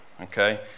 Okay